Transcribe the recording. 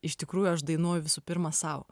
iš tikrųjų aš dainuoju visų pirma sau